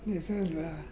ಹೆಸರಿಲ್ವ